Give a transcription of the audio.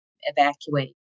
evacuate